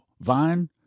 Vine